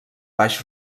baix